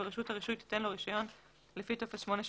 ורשות הרישוי תיתן לו רישיון לפי טופס 8 שבתוספת.